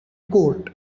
court